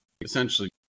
essentially